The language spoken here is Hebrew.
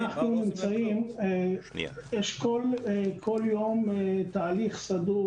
יש כל יום תהליך סדור,